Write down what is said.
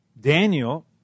Daniel